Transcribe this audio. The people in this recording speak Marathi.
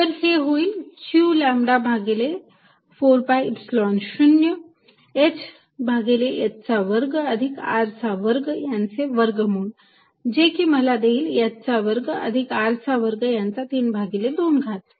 तर हे होईल q लॅम्बडा भागिले 4 पाय ईप्सिलॉन 0 h भागिले h चा वर्ग अधिक r चा वर्ग यांचे वर्गमूळ जे की मला देईल h चा वर्ग अधिक R चा वर्ग यांचा 32 घात